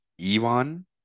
Ivan